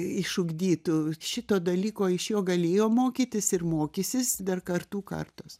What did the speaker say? išugdytų šito dalyko iš jo galėjo mokytis ir mokysis dar kartų kartos